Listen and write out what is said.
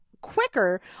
quicker